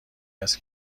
است